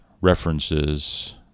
references